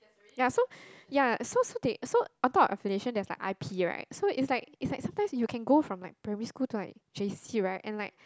ya so ya so so they so on top of affiliation there is like I P right so is like is like sometimes you can go from like primary school to like J_C right and like